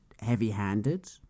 heavy-handed